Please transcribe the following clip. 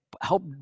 help